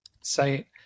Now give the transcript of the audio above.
site